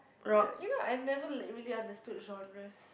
ya you know I've never like really understood genres